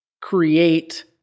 create